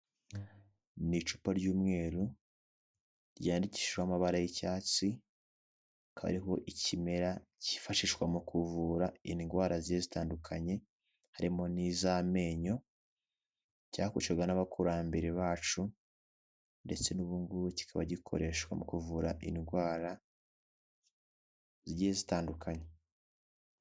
Ni icupa ry'umweru, ryandikijweho amabara y'icyatsi, hakaba hariho ikimera cyifashishwa mu kuvura indwara zigiye zitandukanye harimo n'iz'amenyo, cyakoreshwaga n'abakurambere bacu, ndetse n'ubugubu kikaba gikoreshwa mu kuvura indwara zigiye zitandukanye.